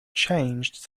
changed